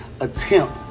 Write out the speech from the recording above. attempt